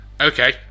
Okay